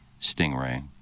stingray